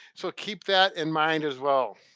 so keep that in mind as well.